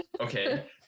Okay